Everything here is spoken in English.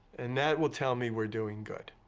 and that will tell me we're doing good.